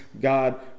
God